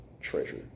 treasure